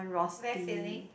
very filling